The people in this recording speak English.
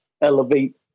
elevate